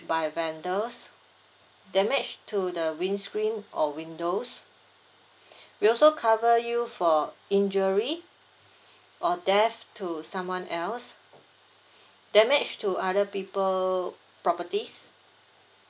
by vandals damage to the windscreen or windows we also cover you for injury or death to someone else damage to other people properties